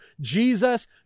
Jesus